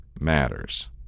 matters